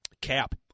cap